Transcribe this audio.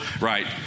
Right